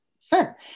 Sure